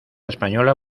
española